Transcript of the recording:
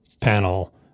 panel